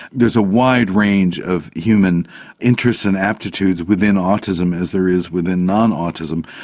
there's a wide range of human interests and aptitudes within autism, as there is within non-autism.